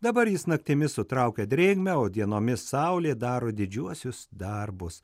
dabar jis naktimis sutraukia drėgmę o dienomis saulė daro didžiuosius darbus